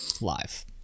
Live